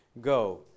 go